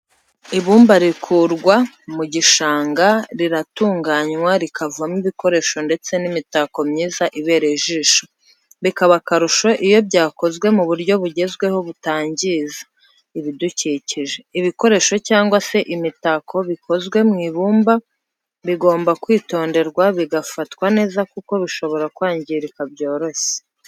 Ibumba rikurwa mu gishanga riratunganywa rikavamo ibikoresho ndetse n'imitako myiza ibereye ijisho bikaba akarusho iyo byakozwe mu buryo bugezweho butangiza ibidukikije. ibikoresho cyangwa se imitako bikozwe mu ibumba bigomba kwitonderwa bigafatwa neza kuko bishobora kwangirika byoroshye.